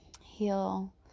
heal